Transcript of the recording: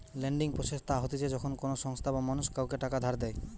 lending process তা হতিছে যখন কোনো সংস্থা বা মানুষ কাওকে টাকা ধার দেয়